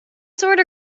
sort